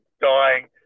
dying